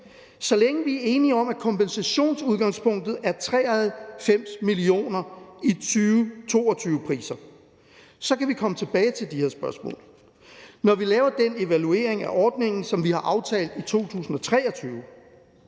så længe vi er enige om, at kompensationsudgangspunktet er 93 mio. kr. i 2022-priser, så kan vi komme tilbage til de her spørgsmål, når vi laver den evaluering af ordningen i 2023, som vi har aftalt.